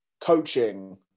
coaching